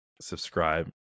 subscribe